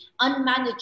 unmanaged